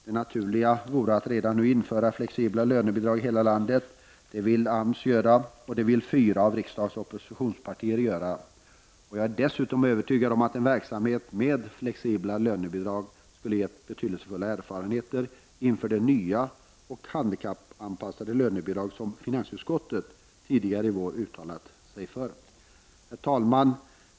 Det naturliga vore att redan nu införa flexibla lönebidrag över hela landet. Det vill AMS göra, och det vill fyra av riksdagens oppositionspartier göra. Jag är dessutom övertygad om att en verksamhet med flexibla lönebidrag skulle ge betydelsefulla erfarenheter inför det nya och handikappanpassade lönebidrag som finansutskottet tidigare i vår uttalat sig för. Herr talman!